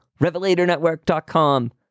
Revelatornetwork.com